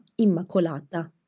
Immacolata